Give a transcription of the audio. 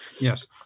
Yes